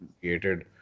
created